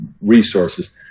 resources